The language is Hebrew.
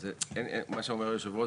מה שאומר יושב הראש,